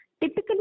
typically